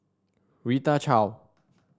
Rita Chao